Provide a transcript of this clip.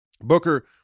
Booker